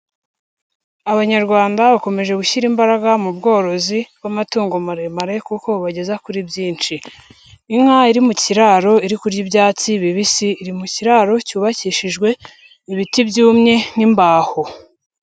Abanyarwanda bakomeje gushyira imbaraga mu bworozi bw'amatungo maremare kuko bageza kuri byinshi, inka iri mu kiraro iri kurya ibyatsi bibisi, iri mu kiraro cyubakishijwe ibiti byumye n'imbaho.